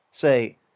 say